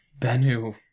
Benu